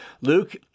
Luke